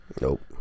Nope